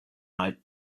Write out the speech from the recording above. out